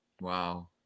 Wow